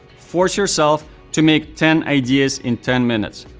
force yourself to make ten ideas in ten minutes.